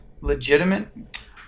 legitimate